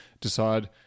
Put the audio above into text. decide